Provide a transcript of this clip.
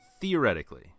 Theoretically